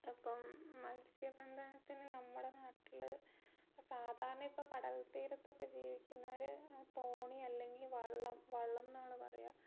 ഇപ്പം മത്സ്യബന്ധനത്തിന് നമ്മുടെ നാട്ടിൽ സാധാരണ ഇപ്പം കടൽ തീരത്തൊക്കെ ജീവിക്കുന്നവർ തോണി അല്ലെങ്കിൽ വള്ളം വള്ളം എന്നാണ് പറയുക